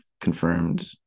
confirmed